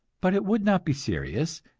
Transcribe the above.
but it would not be serious,